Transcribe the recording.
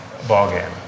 ballgame